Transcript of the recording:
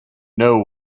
know